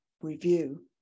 review